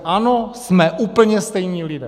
Ano, jsme úplně stejní lidé.